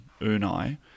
Unai